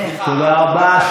תודה רבה.